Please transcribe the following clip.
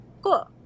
Cool